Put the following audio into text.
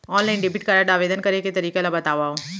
Online debit card आवेदन करे के तरीका ल बतावव?